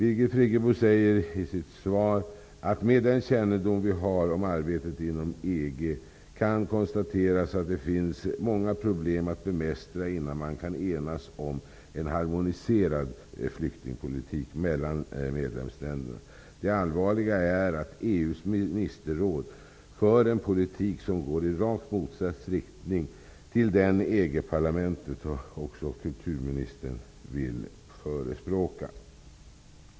I sitt svar säger Birgit Friggebo: Med den kännedom vi har om arbetet inom EG kan konstateras att det finns många problem att bemästra innan man kan enas om en harmoniserad flyktingpolitik mellan medlemsländerna. Det allvarliga är att EU:s ministerråd för en politik som går i rakt motsatt riktning till den som EG parlamentet samt också kulturministern vill förespråka.